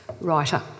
writer